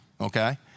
okay